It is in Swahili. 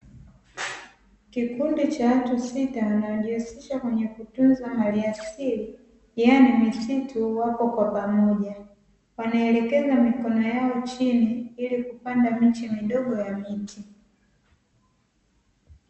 Kikundi cha watu sita wanaojihusisha kwenye kutunza mali asili, yaani misitu. Wapo kwa pamoja wanaelekeza mikono yao chini ili kupanda miche midogo ya miti.